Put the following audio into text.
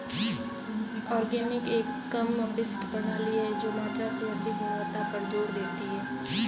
organic एक कम अपशिष्ट प्रणाली है जो मात्रा से अधिक गुणवत्ता पर जोर देती है